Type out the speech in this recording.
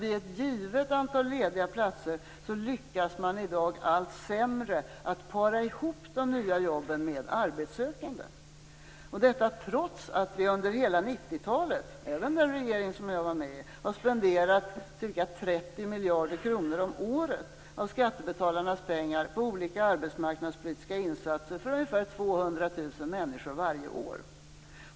Vid ett givet antal lediga platser lyckas man i dag allt sämre att para ihop de nya jobben med arbetssökande, detta trots att vi under hela 90-talet, även den regering som jag var med i, har spenderat ca 30 miljarder kronor om året av skattebetalarnas pengar på olika arbetsmarknadspolitiska insatser för ungefär 200 000 människor varje år.